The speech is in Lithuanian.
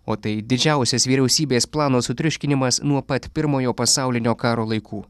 o tai didžiausias vyriausybės plano sutriuškinimas nuo pat pirmojo pasaulinio karo laikų